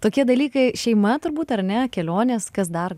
tokie dalykai šeima turbūt ar ne kelionės kas dar